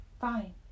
Fine